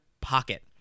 Pocket